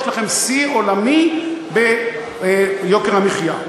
יש לכם שיא עולמי ביוקר המחיה.